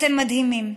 אתם מדהימים.